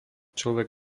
človek